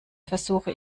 versuche